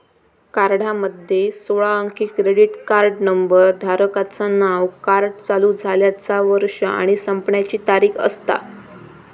कार्डामध्ये सोळा अंकी क्रेडिट कार्ड नंबर, धारकाचा नाव, कार्ड चालू झाल्याचा वर्ष आणि संपण्याची तारीख असता